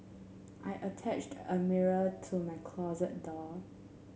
I attached a mirror to my closet door